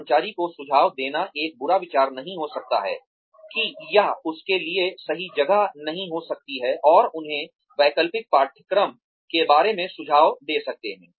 कर्मचारी को सुझाव देना एक बुरा विचार नहीं हो सकता है कि यह उसके लिए सही जगह नहीं हो सकती है और उन्हें वैकल्पिक पाठ्यक्रम के बारे में सुझाव दे सकता है